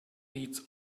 needs